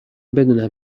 بدونم